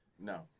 No